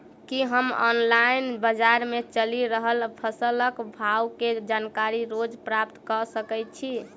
की हम ऑनलाइन, बजार मे चलि रहल फसलक भाव केँ जानकारी रोज प्राप्त कऽ सकैत छी?